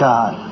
God